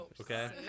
Okay